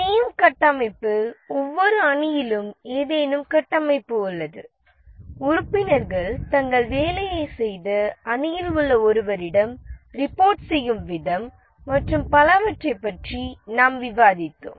team கட்டமைப்பில் ஒவ்வொரு அணியிலும் ஏதேனும் கட்டமைப்பு உள்ளது உறுப்பினர்கள் தங்கள் வேலையை செய்து அணியில் உள்ள ஒருவரிடம் ரிபோர்ட் செய்யும் விதம் மற்றும் பலவற்றைப் பற்றி நாம் விவாதித்தோம்